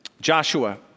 Joshua